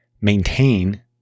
maintain